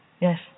yes